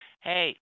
Hey